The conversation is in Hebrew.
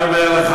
אני אומר לך,